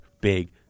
big